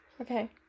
Okay